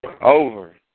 Over